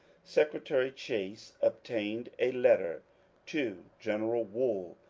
secretary chase obtained a letter to general wool,